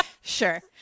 Sure